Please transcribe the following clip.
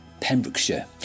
Pembrokeshire